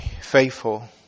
faithful